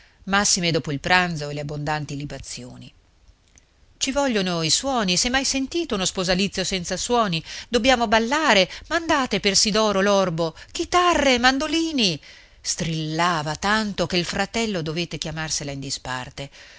massime dopo il pranzo e le abbondanti libazioni ci vogliono i suoni s'è mai sentito uno sposalizio senza suoni dobbiamo ballare mandate per sidoro l'orbo chitarre e mandolini strillava tanto che il fratello dovette chiamarsela in disparte